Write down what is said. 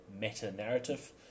meta-narrative